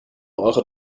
euro